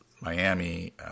Miami